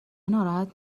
ناراحت